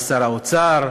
ושר האוצר,